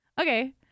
Okay